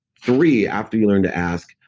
three, after you learn to ask,